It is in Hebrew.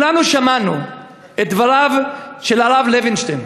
כולנו שמענו את דבריו של הרב לוינשטיין,